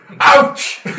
Ouch